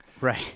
right